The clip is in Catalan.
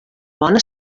bona